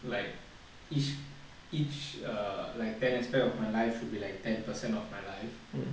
like each each err like ten aspect of my life should be like ten percent of my life